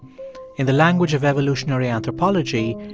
in the language of evolutionary anthropology,